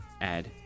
add